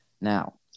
Now